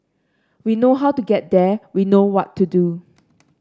we know how to get there we know what to do